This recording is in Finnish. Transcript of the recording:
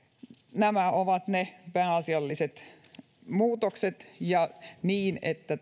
nämä ovat ne pääasialliset muutokset ja niin että